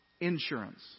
Insurance